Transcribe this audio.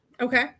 Okay